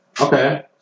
Okay